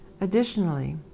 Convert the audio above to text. Additionally